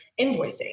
invoicing